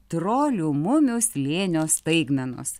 trolių mumių slėnio staigmenos